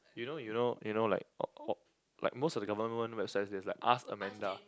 you know you know you know like like most of the government websites there's like ask Amanda